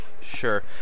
Sure